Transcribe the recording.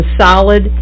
solid